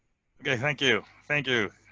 okay. thank you. thank you,